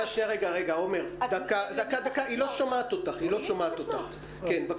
אז למי צריך לפנות?